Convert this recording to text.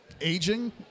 Aging